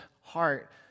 heart